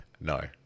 No